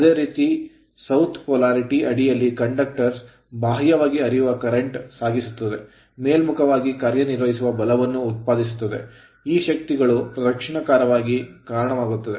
ಅದೇ ರೀತಿ ದಕ್ಷಿಣ polarity ಧ್ರುವದ ಅಡಿಯಲ್ಲಿ conductors ವಾಹಕಗಳು ಬಾಹ್ಯ ವಾಗಿ ಹರಿಯುವ current ಕರೆಂಟ್ ಸಾಗಿಸುತ್ತದೆ ಮೇಲ್ಮುಖವಾಗಿ ಕಾರ್ಯನಿರ್ವಹಿಸುವ ಬಲವನ್ನು ಉತ್ಪಾದಿಸುತ್ತದೆ ಈ ಶಕ್ತಿಗಳು ಪ್ರದಕ್ಷಿಣಾಕಾರವಾಗಿ torque ಟಾರ್ಕ್ ಗೆ ಕಾರಣವಾಗುತ್ತದೆ